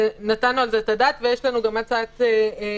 נתנו על זה את הדעת ויש לנו גם הצעת מענה,